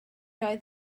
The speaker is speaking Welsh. oes